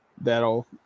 that'll